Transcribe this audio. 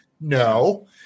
no